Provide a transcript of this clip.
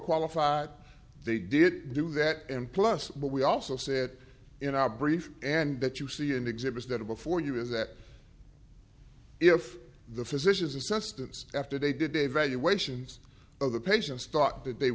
qualified they did do that and plus but we also said in our brief and that you see in exhibits that are before you is that if the physicians assistants after they did a valuations of the patients thought th